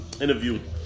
interview